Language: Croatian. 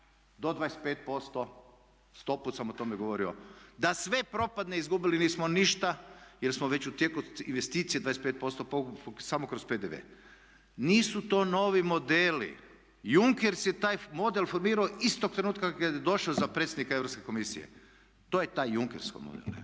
do 25%, sto put sam o tome govorio. Da sve propadne izgubili nismo ništa, jer smo već u tijeku investicije 25% povukli samo kroz PDV. Nisu to novi modeli. Junckers je taj model formirao istog trenutka kad je došao za predsjednika Europske komisije. To je taj Junckersov model